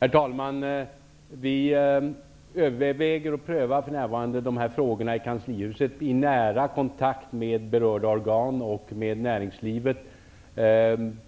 Herr talman! Vi överväger och prövar för närvarande de här frågorna i kanslihuset, i nära kontakt med berörda organ och med näringslivet.